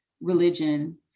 religion